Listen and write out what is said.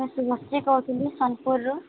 ମୁଁ ଶୁଭଶ୍ରୀ କହୁଥିଲି ସୋନପୁରରୁ